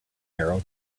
arrow